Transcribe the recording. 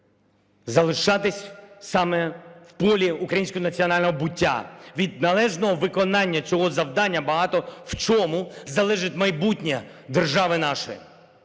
залишатись саме в полі українського національного буття. Від належного виконання цього завдання багато в чому залежить майбутнє держави нашої.